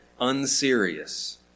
unserious